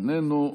איננו.